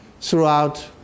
throughout